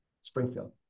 Springfield